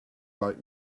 like